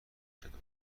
شده